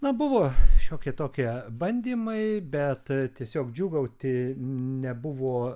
na buvo šiokie tokie bandymai bet tiesiog džiūgauti nebuvo